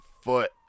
foot